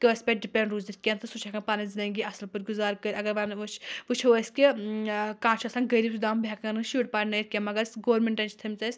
کٲنٛسہِ پٮ۪ٹھ ڈِپیٚنٛڈ روٗزِتھ کیٚنٛہہ تہٕ سُہ چھُ ہیٚکان پَنٕنۍ زنٛدگی اصٕل پٲٹھۍ گُزارٕ کٔرِتھ اگر وُچھو أسۍ کہِ ٲں کانٛہہ چھُ آسان غریٖب سُہ چھُ دَپان بہٕ ہیٚکَکھ نہٕ شُرۍ پَرنٲیِتھ کیٚنٛہہ مگر س گورمِنٹَن چھِ تھٲمٕژ اسہِ